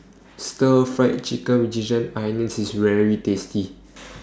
Stir Fried Chicken with Ginger Onions IS very tasty